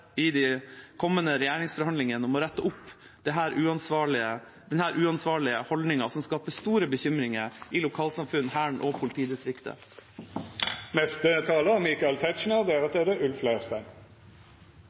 i de kommende regjeringsforhandlingene om å rette opp denne uansvarlige holdningen som skaper store bekymringer i lokalsamfunn, Hæren og